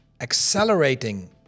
accelerating